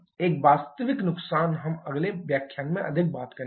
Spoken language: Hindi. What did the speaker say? ये वास्तविक नुकसान हम अगले व्याख्यान में अधिक बात करेंगे